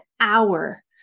hour